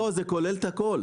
זה כולל את הכל.